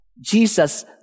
Jesus